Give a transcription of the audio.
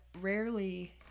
rarely